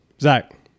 Zach